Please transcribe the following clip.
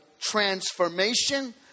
transformation